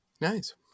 Nice